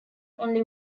only